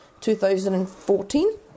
2014